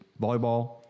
volleyball